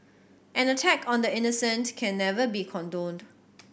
an attack on the innocent can never be condoned